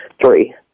three